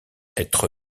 être